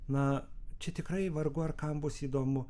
na čia tikrai vargu ar kam bus įdomu